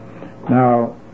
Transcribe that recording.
Now